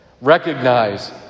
recognize